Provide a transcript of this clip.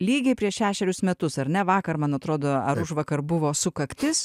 lygiai prieš šešerius metus ar ne vakar man atrodo ar užvakar buvo sukaktis